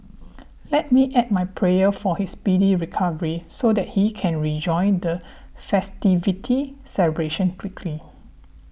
let me add my prayer for his speedy recovery so that he can rejoin the festivity celebration quickly